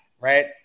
Right